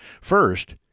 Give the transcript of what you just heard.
First